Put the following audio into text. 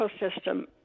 ecosystem